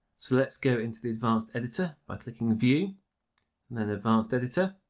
so let's go into the advanced editor by clicking view and then advanced editor.